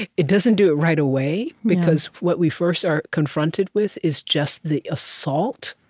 it it doesn't do it right away, because what we first are confronted with is just the assault